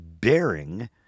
bearing